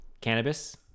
cannabis